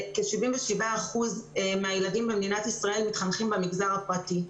כ-77% מהילדים במדינת ישראל מתחנכים במגזר הפרטי,